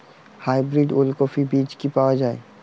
Hybrid ওলকফি বীজ কি পাওয়া য়ায়?